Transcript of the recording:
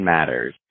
Matters